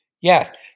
Yes